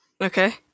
Okay